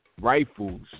Rifles